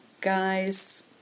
guys